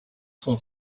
son